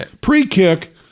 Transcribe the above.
pre-kick